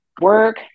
work